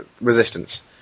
Resistance